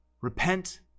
Repent